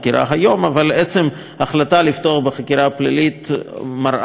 אבל עצם ההחלטה לפתוח בחקירה פלילית מראה שני דברים: